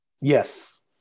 Yes